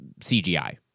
cgi